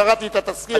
קראתי את התזכיר,